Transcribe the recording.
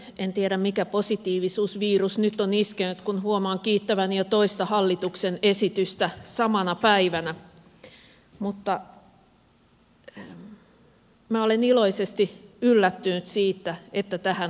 en tiedä mikä positiivisuusvirus nyt on iskenyt kun huomaan kiittäväni jo toista hallituksen esitystä samana päivänä mutta minä olen iloisesti yllättynyt siitä että tähän on mahdollisuus